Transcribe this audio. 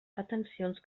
atencions